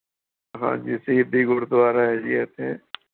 ਹਾਂਜੀ ਸ਼ਹੀਦੀ ਗੁਰਦੁਆਰਾ ਹੈ ਜੀ ਇੱਥੇ